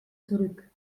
zurück